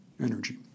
energy